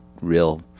real